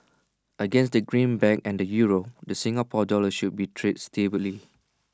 against the greenback and the euro the Singapore dollar should be trade stably